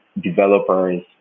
developers